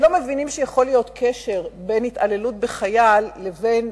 הם לא מבינים שיכול להיות קשר בין התעללות בחייל לבין